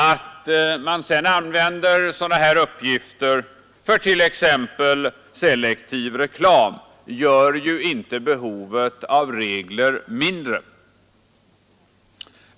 Att man sedan använder dessa uppgifter för t.ex. selektiv reklam gör ju inte behovet av regler mindre.